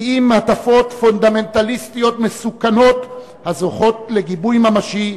כי אם הטפות פונדמנטליסטיות מסוכנות הזוכות לגיבוי ממשי,